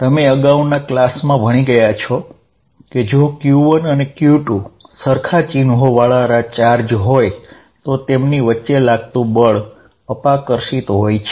તમે અગાઉના ક્લાસમાં ભણી ગયા છો કે જો q1 અને q2 સરખા ચિન્હો વાળા ચાર્જ હોય તો તેમની વચ્ચે લાગતું બળ અપાકર્ષિત હોય છે